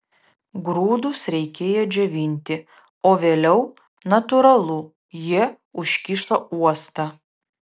grūdus reikėjo džiovinti o vėliau natūralu jie užkišo uostą